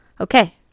Okay